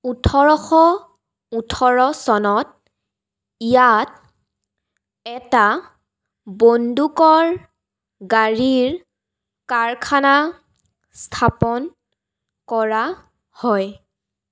ওঁঠৰশ ওঁঠৰ চনত ইয়াত এটা বন্দুকৰ গাড়ীৰ কাৰখানা স্থাপন কৰা হয়